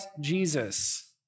Jesus